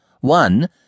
One